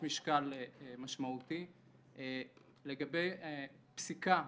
משקל משמעותי; לגבי פסיקה,